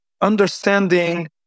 understanding